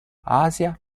asia